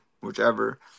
whichever